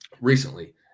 recently –